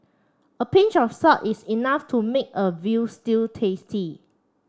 a pinch of salt is enough to make a veal stew tasty